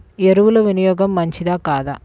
ఎరువుల వినియోగం మంచిదా కాదా?